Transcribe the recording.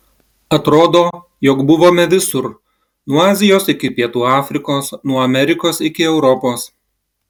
atrodo jog buvome visur nuo azijos iki pietų afrikos nuo amerikos iki europos